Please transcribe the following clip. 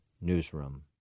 newsroom